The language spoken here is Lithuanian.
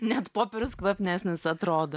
net popierius kvapnesnis atrodo